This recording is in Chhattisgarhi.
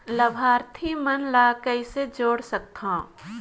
लाभार्थी मन ल कइसे जोड़ सकथव?